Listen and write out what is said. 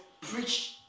Preach